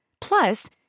Plus